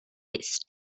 its